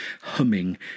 humming